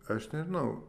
aš nežinau